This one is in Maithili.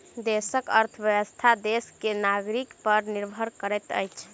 देशक अर्थव्यवस्था देश के नागरिक पर निर्भर करैत अछि